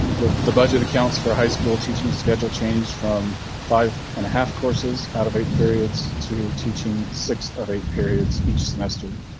the the budget accounts for high school teaching schedule change from five and a half courses out of eight periods to teaching six of eight periods each semester.